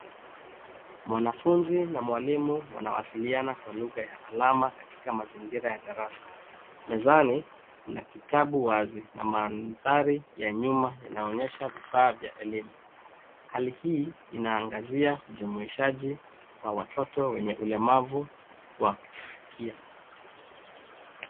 Mwanafunzi na mwalimu wanawasiliana kwa lugha ya alama katika mazingira ya darasa. Mezani, kuna kitabu wazi na mandhari ya nyuma inaonyesha vifaa vya elimu. Hali hii inaangazia ujumuishaji wa watoto wenye ulemavu wa kusikia.